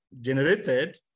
generated